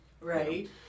Right